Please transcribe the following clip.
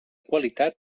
qualitat